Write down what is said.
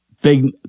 Big